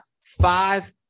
five